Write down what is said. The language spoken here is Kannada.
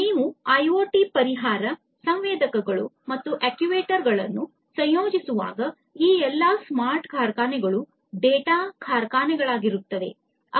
ನೀವು ಐಒಟಿ ಪರಿಹಾರ ಸಂವೇದಕಗಳು ಮತ್ತು ಅಕ್ಚುಯೇಟರ್ಗಳನ್ನು ಸಂಯೋಜಿಸುವಾಗ ಈ ಎಲ್ಲಾ ಸ್ಮಾರ್ಟ್ ಕಾರ್ಖಾನೆಗಳು ಡೇಟಾ ಕಾರ್ಖಾನೆಗಳಾಗುತ್ತವೆ